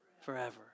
Forever